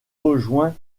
rejoint